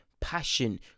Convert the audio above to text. passion